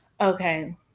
okay